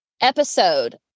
episode